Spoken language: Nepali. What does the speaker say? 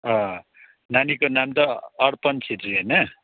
नानीको नाम त अर्पण छेत्री होइन